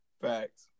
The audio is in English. Facts